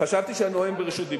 חשבתי שהנואם ברשות דיבור.